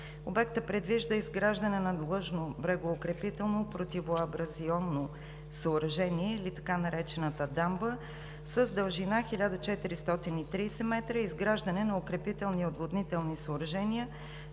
Обектът предвижда изграждане надлъжно брегоукрепително, противоабрационно съоръжение или така наречената дамба, с дължина 1430 м, изграждане на укрепителни и отводнителни съоръжения